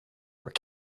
were